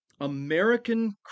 American